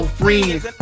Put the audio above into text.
friends